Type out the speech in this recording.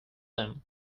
them